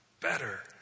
better